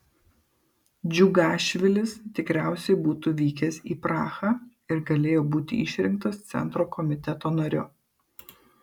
džiugašvilis tikriausiai būtų vykęs į prahą ir galėjo būti išrinktas centro komiteto nariu